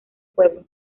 pueblo